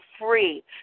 free